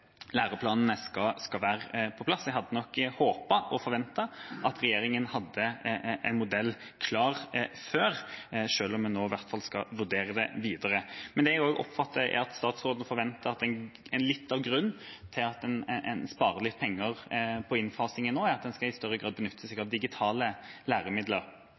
skal være i bruk. Jeg hadde nok håpet og forventet at regjeringen hadde en modell klar før, selv om en nå i hvert fall skal vurdere det. Det jeg også oppfatter, er at statsråden forventer at litt av grunnen til at en sparer litt penger på innfasingen nå, er at en i større grad skal benytte seg av digitale læremidler.